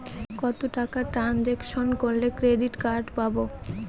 কত টাকা ট্রানজেকশন করলে ক্রেডিট কার্ড পাবো?